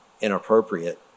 inappropriate